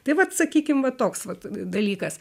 tai vat sakykim vat toks vat dalykas